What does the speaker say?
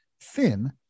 thin